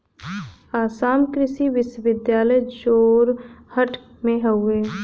आसाम कृषि विश्वविद्यालय जोरहट में हउवे